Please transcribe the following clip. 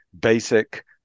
basic